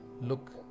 look